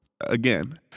again